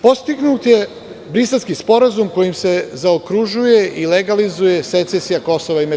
Postignut je Briselski sporazum kojim se zaokružuje i legalizuje secesija Kosova i Metohije.